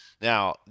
Now